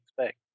expect